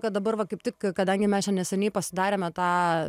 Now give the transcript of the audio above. kad dabar va kaip tik kadangi mes čia neseniai pasidarėme tą